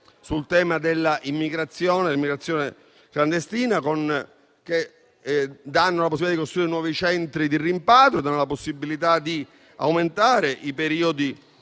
sul tema dell'immigrazione clandestina, che danno la possibilità di costruire nuovi centri di rimpatrio e di aumentare i periodi